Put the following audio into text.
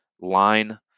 line